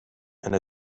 and